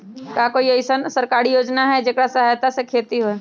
का कोई अईसन सरकारी योजना है जेकरा सहायता से खेती होय?